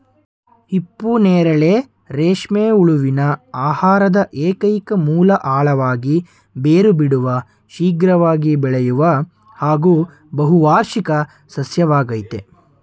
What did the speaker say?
ಹಿಪ್ಪುನೇರಳೆ ರೇಷ್ಮೆ ಹುಳುವಿನ ಆಹಾರದ ಏಕೈಕ ಮೂಲ ಆಳವಾಗಿ ಬೇರು ಬಿಡುವ ಶೀಘ್ರವಾಗಿ ಬೆಳೆಯುವ ಹಾಗೂ ಬಹುವಾರ್ಷಿಕ ಸಸ್ಯವಾಗಯ್ತೆ